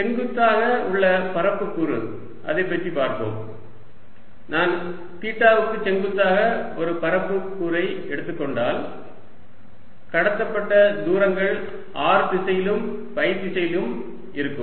செங்குத்தாக உள்ள பரப்பு கூறு அதைப் பற்றி பார்ப்போம் நான் தீட்டாவுக்கு செங்குத்தாக ஒரு பரப்பு கூறை எடுத்துக்கொண்டால் கடக்கப்பட்ட தூரங்கள் r திசையிலும் ஃபை திசையிலும் இருக்கும்